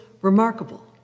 remarkable